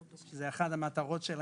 שזאת אחת המטרות שלהם,